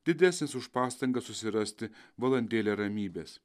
didesnis už pastangas susirasti valandėlę ramybės